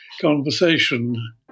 conversation